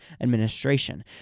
administration